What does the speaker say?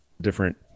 different